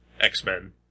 X-Men